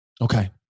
Okay